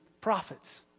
prophets